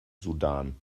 sudan